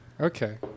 Okay